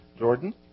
Jordan